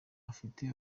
afite